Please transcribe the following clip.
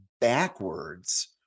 backwards